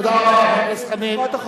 תודה רבה, חבר הכנסת חנין.